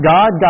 God